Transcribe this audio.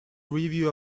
review